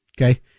Okay